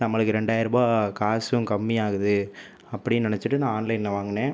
நம்மளுக்கு இரண்டாயிரம் ரூபாய் காசும் கம்மியாகுது அப்படின்னு நினைச்சுட்டு நான் ஆன்லைனில் வாங்கினேன்